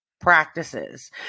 practices